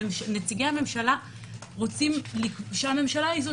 נציגי הממשלה רוצים שהממשלה היא זו